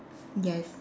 yes